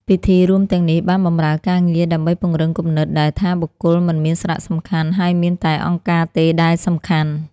ពិធីរួមទាំងនេះបានបម្រើការងារដើម្បីពង្រឹងគំនិតដែលថាបុគ្គលមិនមានសារៈសំខាន់ ហើយមានតែអង្គការទេដែលសំខាន់។